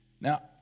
Now